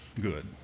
good